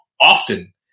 often